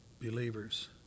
believers